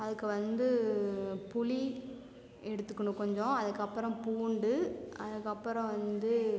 அதுக்கு வந்து புளி எடுத்துகுனும் கொஞ்சம் அதுக்கு அப்புறம் பூண்டு அதுக்கு அப்புறம் வந்து